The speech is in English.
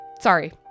Sorry